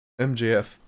MJF